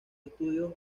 estudios